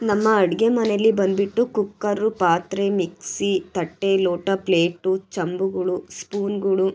ನಮ್ಮ ಅಡುಗೆ ಮನೆಯಲ್ಲಿ ಬಂದುಬಿಟ್ಟು ಕುಕ್ಕರು ಪಾತ್ರೆ ಮಿಕ್ಸಿ ತಟ್ಟೆ ಲೋಟ ಪ್ಲೇಟು ಚೊಂಬುಗಳು ಸ್ಪೂನ್ಗಳು